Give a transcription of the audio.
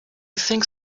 think